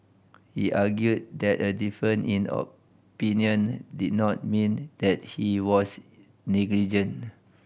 he argued that a difference in opinion did not mean that he was negligent